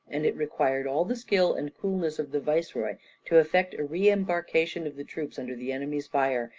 and it required all the skill and coolness of the viceroy to effect a re-embarkation of the troops under the enemy's fire,